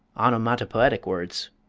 onomatopoetic words,